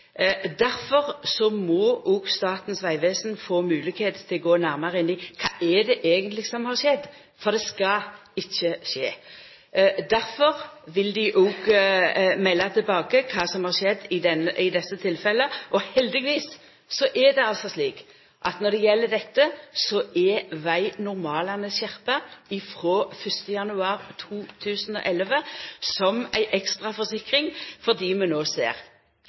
må òg Statens vegvesen få moglegheit til å gå nærmare inn i kva som eigentleg har skjedd. For det skal ikkje skje. Difor vil dei òg melda tilbake kva som har skjedd i desse tilfella. Heldigvis er det slik at når det gjeld dette, er vegnormalane skjerpa frå 1. januar 2011, som ei ekstraforsikring, fordi vi no ser